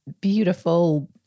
beautiful